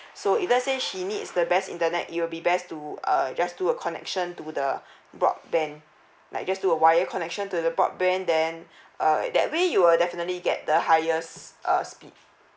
so if let's say she needs the best internet it will be best to uh just do a connection to the broadband like just do a wire connection to the broadband then uh that way you will definitely get the highest uh speed